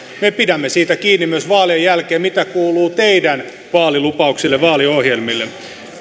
me pidämme siitä kiinni myös vaalien jälkeen mitä kuuluu teidän vaalilupauksillenne vaaliohjelmillenne